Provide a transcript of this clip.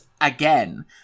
again